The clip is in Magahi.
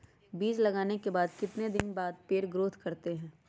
बीज लगाने के बाद कितने दिन बाद पर पेड़ ग्रोथ करते हैं?